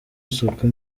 isuku